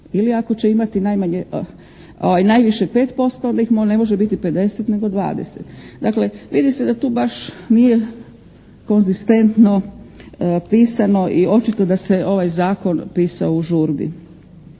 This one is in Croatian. Ili ako će imati najmanje, najviše 5% onda ih ne može biti 50 nego 20. Dakle vidi se da tu baš nije konzistentno pisano i očito da se ovaj zakon pisao u žurbi.